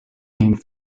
named